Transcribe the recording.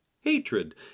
hatred